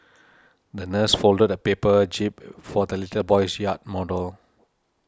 the nurse folded a paper jib for the little boy's yacht model